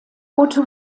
boote